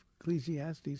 Ecclesiastes